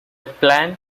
planned